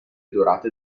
dorate